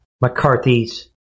McCarthy's